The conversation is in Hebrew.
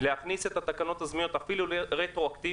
להכניס את התקנות הזמניות אפילו רטרואקטיבית,